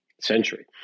century